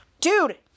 dude